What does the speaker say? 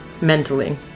Mentally